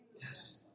Yes